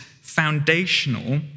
foundational